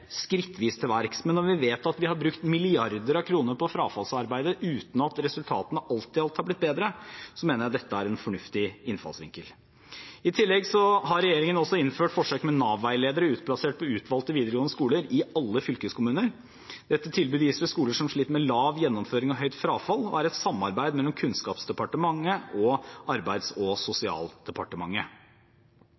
skrittvis til verks, men når vi vet at vi har brukt milliarder av kroner på frafallsarbeidet uten at resultatene alt i alt har blitt bedre, mener jeg dette er en fornuftig innfallsvinkel. I tillegg har regjeringen innført forsøk med Nav-veiledere utplassert på utvalgte videregående skoler i alle fylkeskommuner. Dette tilbudet gis ved skoler som sliter med lav gjennomføring og høyt frafall, og er et samarbeid mellom Kunnskapsdepartementet og Arbeids- og sosialdepartementet.